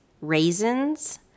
raisins